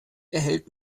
erhält